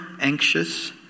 anxious